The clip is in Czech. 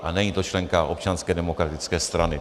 A není to členka Občanské demokratické strany.